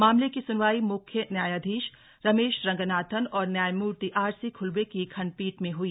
मामले की सुनवाई मुख्य न्यायधीश रमेश रंगनाथन और न्यायमूर्ति आरसी खुल्बे की खंडपीठ में हुई